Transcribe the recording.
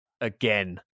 Again